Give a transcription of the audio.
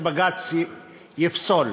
שבג"ץ יפסול.